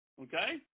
okay